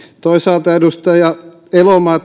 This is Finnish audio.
toisaalta edustaja elomaa